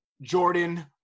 Jordan